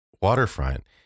waterfront